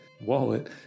wallet